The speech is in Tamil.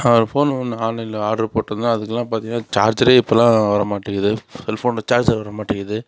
நான் ஒரு ஃபோன் ஒன்று ஆன்லைன்ல ஆடரு போட்டிருந்தேன் அதுக்கெலாம் பார்த்திங்கன்னா சார்ஜரே இப்பெல்லாம் வரமாட்டிங்கிது செல்ஃபோன்ல சார்ஜர் வரமாட்டிங்கிது